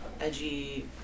edgy